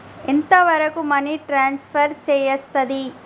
ఎంత వరకు money transfer చేయస్తది?